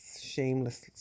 Shameless